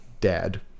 dad